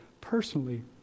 personally